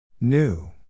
New